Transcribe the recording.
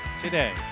today